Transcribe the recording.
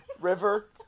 river